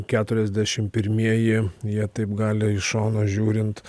keturiasdešimt pirmieji jie taip gali iš šono žiūrint